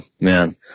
man